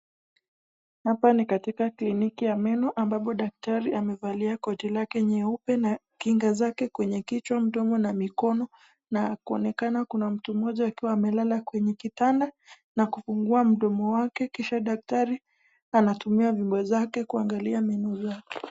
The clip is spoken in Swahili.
Hapa ni katika kliniki ya meno ambapo daktari amefalia koti lake nyeube na kinga zake kwenye kichwa mdomo na mikono na kuonekana kuna mtu mmoja akiwa amelala kwenye kitanda na kufungua mdomo wake kisha daktari anatumia vifaa zake kuangalia meno zake.